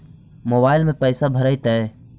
Mobile में पैसा भरैतैय?